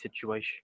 situation